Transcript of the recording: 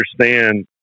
understand